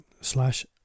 slash